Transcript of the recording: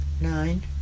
nine